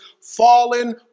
fallen